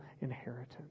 inheritance